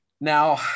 now